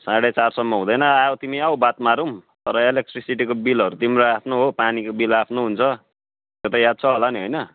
साढे चारसम्म हुँदैन आउ तिमी आउ बात मारौँ तर इलेक्ट्रिसिटीको बिलहरू तिम्रो आफ्नो हो पानीको बिल आफ्नो हुन्छ त्यो त याद छ होला नि होइन